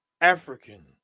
African